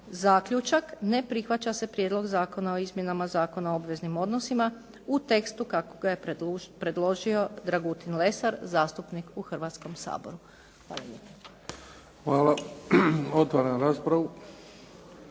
zaključak: "Ne prihvaća se Prijedlog zakona o izmjenama Zakona o obveznim odnosima u tekstu kako ga je predložio Dragutin Lesar, zastupnik u Hrvatskom saboru." Hvala lijepo.